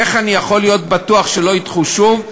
איך אני יכול להיות בטוח שלא ידחו שוב?